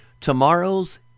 tomorrow's